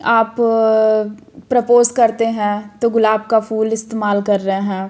आप प्रपोज़ करते हैं तो गुलाब का फूल इस्तेमाल कर रहे हैं